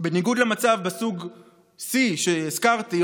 בניגוד למצב בסוג C שהזכרתי,